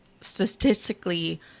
statistically